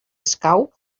escau